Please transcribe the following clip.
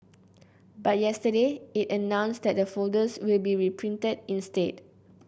but yesterday it announced that the folders will be reprinted instead